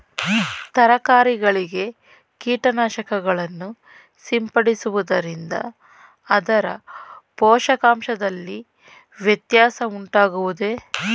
ತರಕಾರಿಗಳಿಗೆ ಕೀಟನಾಶಕಗಳನ್ನು ಸಿಂಪಡಿಸುವುದರಿಂದ ಅದರ ಪೋಷಕಾಂಶದಲ್ಲಿ ವ್ಯತ್ಯಾಸ ಉಂಟಾಗುವುದೇ?